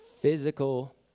physical